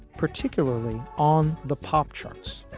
particularly on the pop charts